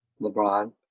LeBron